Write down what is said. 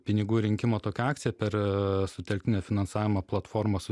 pinigų rinkimo tokią akciją per sutelktinio finansavimo platformos